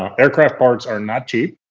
um aircraft parts are not cheap.